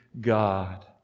God